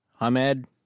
Ahmed